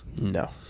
No